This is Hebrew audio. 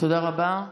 תודה רבה.